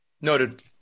noted